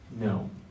No